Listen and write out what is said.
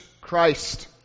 Christ